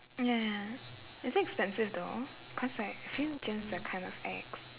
ya ya is it expensive though cause like feel just gyms are kind of ex